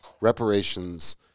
reparations